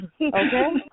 Okay